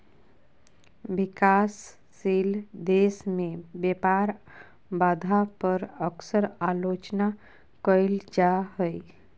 विकासशील देश में व्यापार बाधा पर अक्सर आलोचना कइल जा हइ